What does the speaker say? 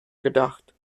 gedacht